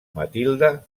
matilde